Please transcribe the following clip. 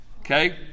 okay